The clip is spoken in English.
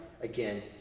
again